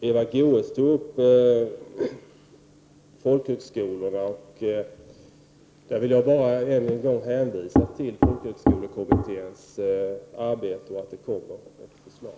Eva Goés tog upp folkhögskolorna, och jag vill då bara en än gång hänvisa till folkhögskolekommitténs arbete och till att det kommer ett förslag.